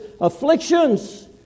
afflictions